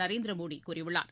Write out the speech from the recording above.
நரேந்திரமோடி கூறியுள்ளார்